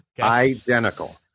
identical